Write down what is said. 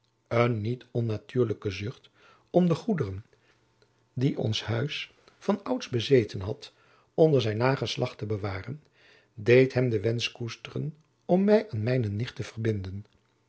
een niet onnatuurlijke zucht om de goederen die ons huis van ouds bezeten had onder zijn nageslacht te bewaren deed hem den wensch koesteren om mij aan mijne nicht te verbinden